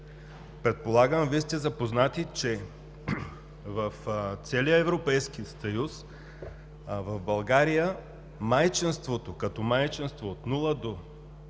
Предполагам, Вие сте запознати, че от целия Европейски съюз в България майчинството, като майчинство от нула до